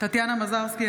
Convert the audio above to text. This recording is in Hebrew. טטיאנה מזרסקי,